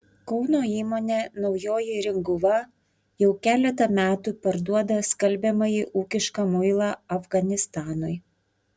kauno įmonė naujoji ringuva jau keletą metų parduoda skalbiamąjį ūkišką muilą afganistanui